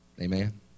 Amen